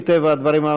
מטבע הדברים,